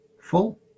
Full